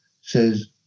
says